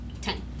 Ten